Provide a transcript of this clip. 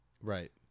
Right